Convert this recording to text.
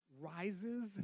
rises